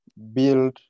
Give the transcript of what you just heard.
build